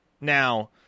Now